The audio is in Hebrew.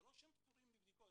זה לא שהם פטורים מבדיקות,